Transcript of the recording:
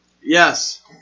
Yes